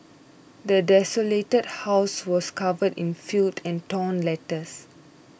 the desolated house was covered in filth and torn letters